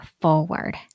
forward